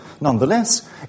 Nonetheless